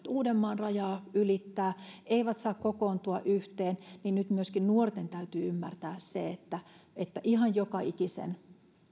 uudenmaan rajaa ja eivät saa kokoontua yhteen niin nyt myöskin nuorten täytyy ymmärtää se että että ihan joka ikisen